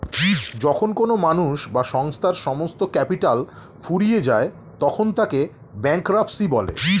যখন কোনো মানুষ বা সংস্থার সমস্ত ক্যাপিটাল ফুরিয়ে যায় তখন তাকে ব্যাঙ্করাপ্সি বলে